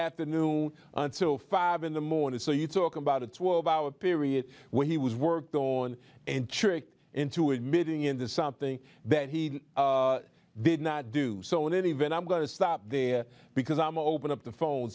afternoon until five in the morning so you talk about a twelve hour period where he was worked on and tricked into admitting into something that he did not do so in any event i'm going to stop there because i'm open up the phone